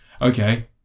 Okay